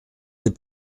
des